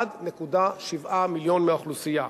1.7 מיליון מהאוכלוסייה.